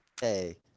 Hey